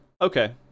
Okay